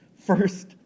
first